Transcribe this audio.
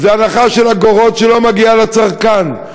זה הנחה של אגורות שלא מגיעה לצרכן.